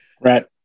Right